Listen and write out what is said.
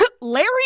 Larry